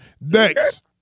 Next